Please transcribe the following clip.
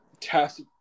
test